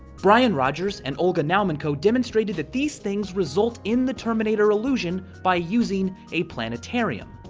brian rogers and olga naumenko demonstrated that these things result in the terminator illusion by using a planetarium.